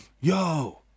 yo